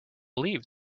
believe